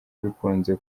bikunze